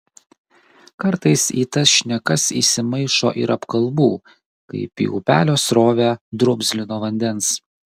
kartais į tas šnekas įsimaišo ir apkalbų kaip į upelio srovę drumzlino vandens